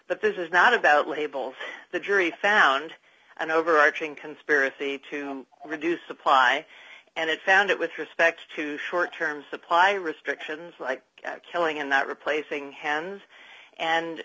but this is not about labels the jury found an overarching conspiracy to reduce supply and it found it with respect to short term supply restrictions like killing and not replacing hands and